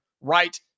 right